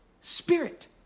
spirit